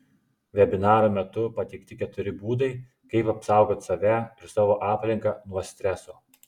vebinaro metu pateikti keturi būdai kaip apsaugot save ir savo aplinką nuo streso